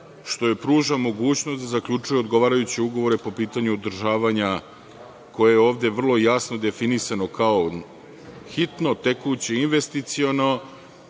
što joj pruža mogućnost da zaključuje odgovarajuće ugovore po pitanju održavanja koje je ovde vrlo jasno definisano, kao hitno, tekuće i investiciono